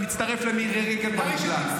הייתי מצטרף למירי רגב במקלט.